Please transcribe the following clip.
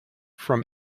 from